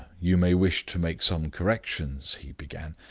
you may wish to make some corrections, he began,